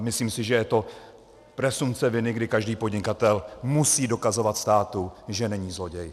Myslím si, že je to presumpce viny, kdy každý podnikatel musí dokazovat státu, že není zloděj.